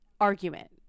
argument